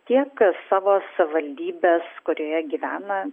tiek savo savivaldybės kurioje gyvena